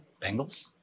Bengals